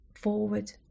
forward